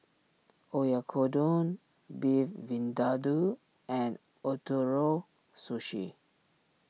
Oyakodon Beef Vindaloo and Ootoro Sushi